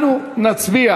אנחנו נצביע